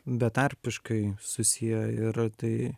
betarpiškai susiję ir tai